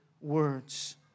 words